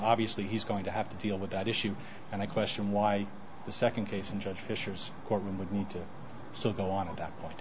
obviously he's going to have to deal with that issue and i question why the second case in judge fisher's courtroom wouldn't still go on at that point